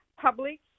public